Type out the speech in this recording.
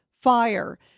fire